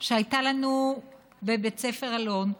שהייתה לנו בבית ספר אלון.